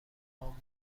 پام